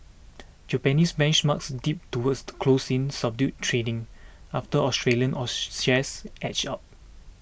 Japanese benchmarks dipped toward close in subdued trading after Australian all shares edged up